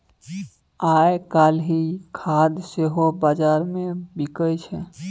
आयकाल्हि खाद सेहो बजारमे बिकय छै